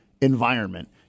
environment